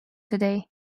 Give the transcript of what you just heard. today